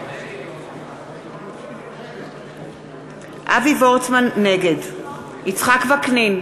אינו נוכח חנין זועבי, אינה נוכחת ג'מאל זחאלקה,